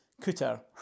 cutter